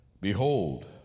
Behold